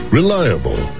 Reliable